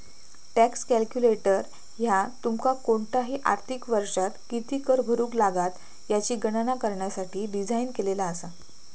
tax calculator ह्या तुमका कोणताही आर्थिक वर्षात किती कर भरुक लागात याची गणना करण्यासाठी डिझाइन केलेला असा